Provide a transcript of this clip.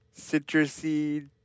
citrusy